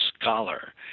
scholar